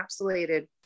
encapsulated